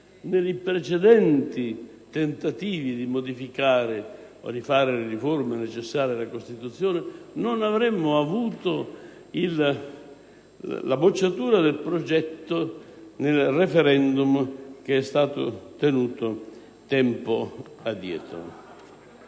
nei precedenti tentativi di modificare o di fare le riforme necessarie alla Costituzione, non avremmo avuto la bocciatura del progetto nel *referendum* tenuto tempo addietro.